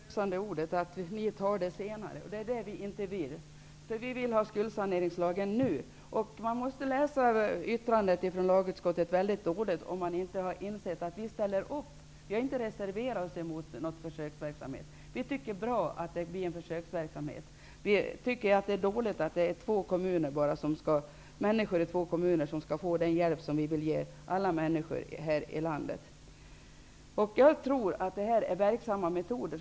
Herr talman! Detta var de förlösande orden - ni tar det senare. Det är det vi inte vill. Vi vill ha en skuldsaneringslag nu. Man måste ha läst yttrandet från lagutskottet mycket dåligt om man inte har insett att vi ställer upp. Vi har inte reserverat oss emot någon försöksverksamhet. Vi tycker att det är bra att en försöksverksamhet genomförs. Men vi tycker att det är dåligt att det bara är människor i två kommuner som skall få den hjälp som vi vill ge alla människor här i landet. Jag tror att det här är verksamma metoder.